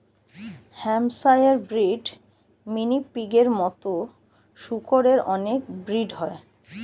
Hampshire breed, mini পিগের মতো শুকরের অনেক ব্রিড হয়